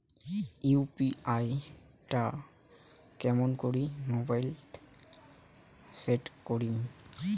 UPI টা কেমন করি মোবাইলত সেট করিম?